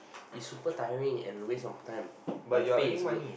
it's super tiring and waste of time but the pay is good